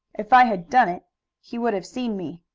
if i had done it he would have seen me.